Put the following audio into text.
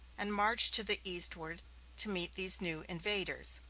and marched to the eastward to meet these new invaders.